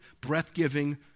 breath-giving